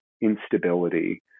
instability